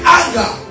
anger